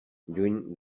lluny